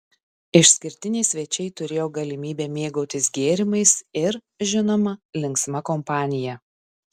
išskirtiniai svečiai turėjo galimybę mėgautis gėrimais ir žinoma linksma kompanija